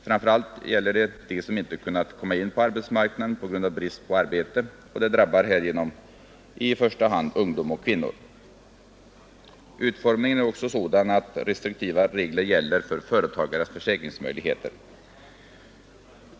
Framför allt gäller det dem som inte kunnat komma in på arbetsmarknaden på grund av brist på arbete, och det drabbar härigenom i första hand ungdom och kvinnor. Utformningen är också sådan att restriktiva regler gäller för företagares försäkringsmöjligheter.